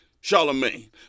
Charlemagne